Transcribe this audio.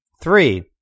Three